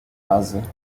razy